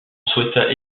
souhaita